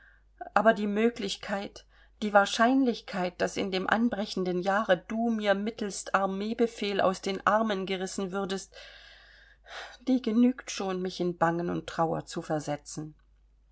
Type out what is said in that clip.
aber die möglichkeit die wahrscheinlichkeit daß in dem anbrechenden jahre du mir mittelst armeebefehl aus den armen gerissen würdest die genügt schon mich in bangen und trauer zu versetzen